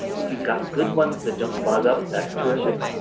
if you've got good ones that don't fog up, that's terrific.